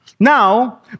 Now